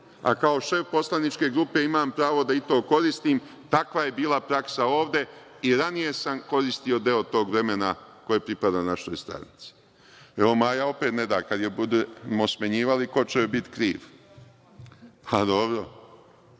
a kao šef poslaničke grupe imam pravo da i to koristim. Takva je bila praksa ovde, i ranije sam koristio deo tog vremena koje pripada našoj stranci. Evo, Maja opet ne da. Kad je budemo smenjivali, ko će joj biti kriv. Možda